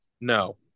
No